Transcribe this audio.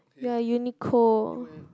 you're Uniqlo